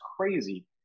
crazy